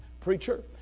Preacher